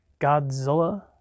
Godzilla